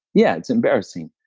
yeah, it's embarrassing.